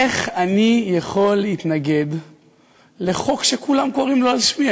איך אני יכול להתנגד לחוק שכולם קוראים לו על שמי?